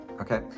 okay